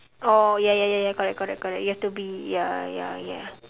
oh ya ya ya ya correct correct correct you have to be ya ya ya